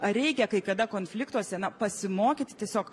ar reikia kai kada konfliktuose na pasimokyti tiesiog